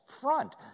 front